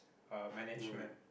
uh management